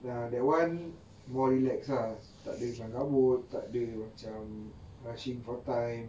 ya that one more relax ah takde kelam kabut takde macam rushing for time